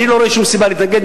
אני לא רואה שום סיבה להתנגד,